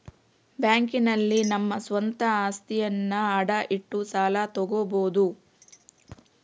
bank ನಲ್ಲಿ ನಮ್ಮ ಸ್ವಂತ ಅಸ್ತಿಯನ್ನ ಅಡ ಇಟ್ಟು ಸಾಲ ತಗೋಬೋದು